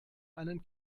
einen